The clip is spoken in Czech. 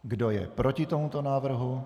Kdo je proti tomuto návrhu?